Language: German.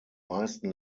meisten